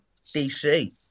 DC